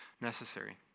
necessary